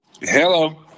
Hello